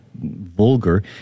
vulgar